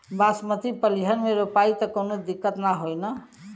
बासमती पलिहर में रोपाई त कवनो दिक्कत ना होई न?